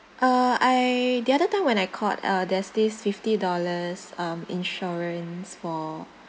uh I the other time when I called uh there's this fifty dollars um insurance for